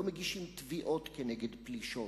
לא מגישים תביעות כנגד פלישות,